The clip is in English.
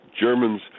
Germans